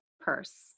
purse